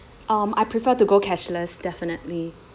um I prefer to go cashless definitely